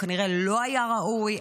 הוא כנראה לא היה ראוי,